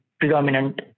predominant